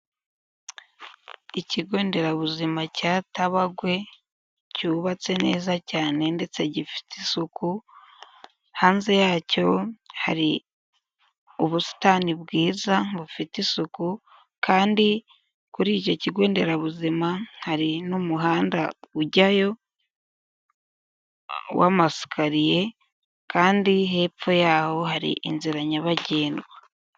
Ikigo nderabuzima cya Tabagwe cyubatse neza cyane ndetse gifite isuku, hanze yacyo hari ubusitani bwiza bufite isuku, kandi kuri icyo kigo nderabuzima hari n'umuhanda ujyayo w'amasikariye kandi hepfo yaho hari inzira nyabagendwa.